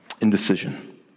Indecision